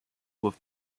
with